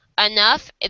enough